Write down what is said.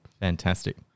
Fantastic